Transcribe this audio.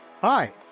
hi